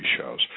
shows